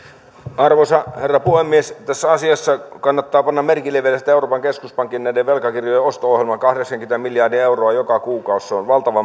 arvoisa herra puhemies tässä asiassa kannattaa panna merkille vielä se että euroopan keskuspankin velkakirjojen osto ohjelman kahdeksankymmentä miljardia euroa joka kuukausi on valtava